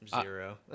Zero